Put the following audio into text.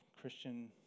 Christian